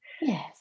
Yes